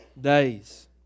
days